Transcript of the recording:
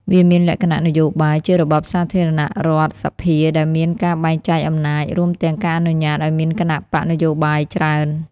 វាមានលក្ខណៈនយោបាយ ជារបបសាធារណរដ្ឋសភា ដែលមានការបែងចែកអំណាច រួមទាំងការអនុញ្ញាតឱ្យមានគណបក្សនយោបាយច្រើន។